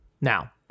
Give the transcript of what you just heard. Now